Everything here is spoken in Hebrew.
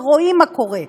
ורואים מה קורה,